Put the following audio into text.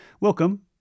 Welcome